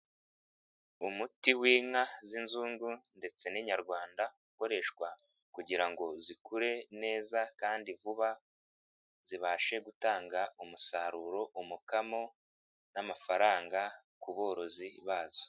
Umuti w'inka z'inzungu ndetse n'inyarwanda ukoreshwa kugira ngo zikure neza kandi vuba zibashe gutanga umusaruro umukamo n'amafaranga ku borozi bazo.